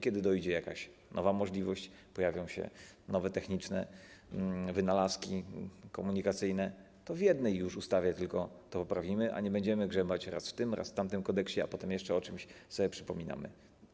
Kiedy dojdzie jakaś nowa możliwość, pojawią się nowe techniczne wynalazki komunikacyjne, to już tylko w jednej ustawie to poprawimy, a nie będziemy grzebać raz w tym, raz w tamtym kodeksie, a potem jeszcze o czymś sobie przypominamy.